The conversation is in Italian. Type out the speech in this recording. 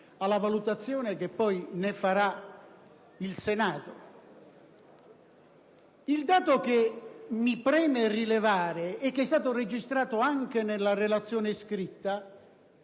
alla valutazione che poi ne farà il Senato. Il dato che mi preme rilevare, che è stato registrato anche nella relazione scritta,